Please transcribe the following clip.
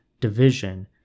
division